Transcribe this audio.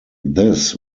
this